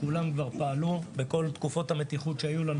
כולם כבר פעלו, בכל תקופות המתיחות שהיו לנו.